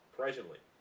presently